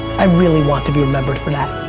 i really want to be remembered for that.